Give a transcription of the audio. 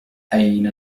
أين